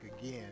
again